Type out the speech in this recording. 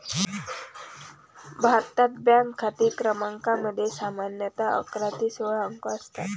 भारतात, बँक खाते क्रमांकामध्ये सामान्यतः अकरा ते सोळा अंक असतात